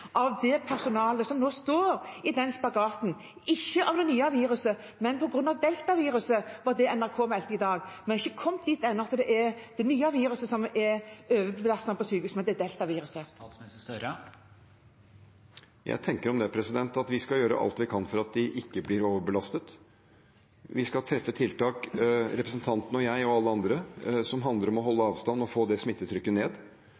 av det personalet som nå står i den spagaten, ikke på grunn av det nye viruset, men på grunn av deltaviruset? Det var det NRK meldte om i dag. Vi har ikke kommet dit ennå at det er det nye viruset som overbelaster sykehusene, men det er deltaviruset. Jeg tenker om det at vi skal gjøre alt vi kan for at de ikke blir overbelastet. Vi – representanten Bollestad, jeg og alle andre – skal treffe tiltak som handler om å holde avstand og få ned